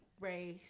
race